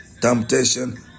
temptation